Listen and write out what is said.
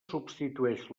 substitueix